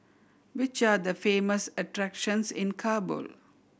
which are the famous attractions in Kabul